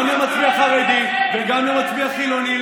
גם למצביע חרדי וגם למצביע חילוני.